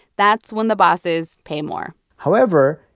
that's when the bosses pay more however,